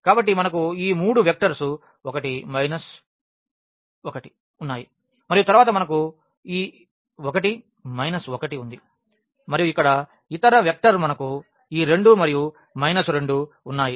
కాబట్టి మనకు ఈ 3 వెక్టర్స్ 1 మైనస్ 1 ఉన్నాయి మరియు తరువాత మనకు ఈ 1 మైనస్ 1 ఉంది మరియు ఇక్కడ ఇతర వెక్టర్ మనకు ఈ 2 మరియు మైనస్ 2 ఉన్నాయి